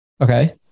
Okay